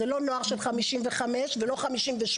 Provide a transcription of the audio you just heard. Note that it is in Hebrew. זה לא נוער של 1955 ולא 1958,